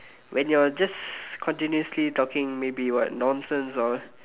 when you're just continuously talking maybe what nonsense or